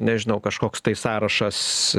nežinau kažkoks tai sąrašas